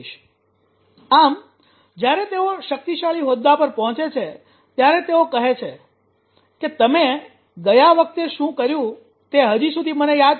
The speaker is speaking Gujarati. " આમ જ્યારે તેઓ શક્તિશાળી હોદ્દા પર પહોચે છે ત્યારે તેઓ કહે છે કે તમે ગયા વખતે શું કર્યું તે હજી સુધી મને યાદ છે